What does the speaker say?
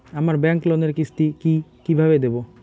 আমার ব্যাংক লোনের কিস্তি কি কিভাবে দেবো?